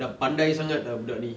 dah pandai sangat dah budak ni